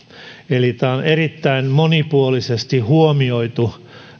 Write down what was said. eli tämä on erittäin monipuolisesti huomioitu